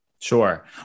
Sure